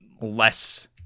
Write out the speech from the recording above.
less